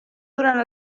durant